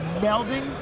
melding